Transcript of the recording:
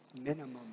minimum